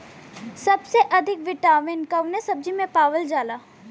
सबसे अधिक विटामिन कवने सब्जी में पावल जाला?